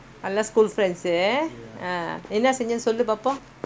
எல்லாம்ஸ்கூல்பிரண்ட்ஸு:ellam school friendsuh ah என்னசெஞ்சேன்னுசொல்லுபாப்போம்:enna senjenu sollu paapom